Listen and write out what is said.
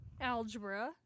algebra